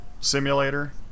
Simulator